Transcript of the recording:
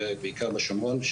בעיקר בשומרון,